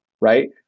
right